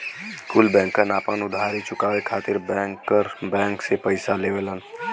कुल बैंकन आपन उधारी चुकाये खातिर बैंकर बैंक से पइसा लेवलन